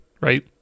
right